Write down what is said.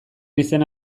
izena